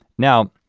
now,